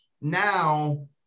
now